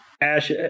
Ash